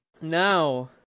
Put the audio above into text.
Now